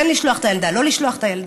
כן לשלוח את הילדה או לא לשלוח את הילדה?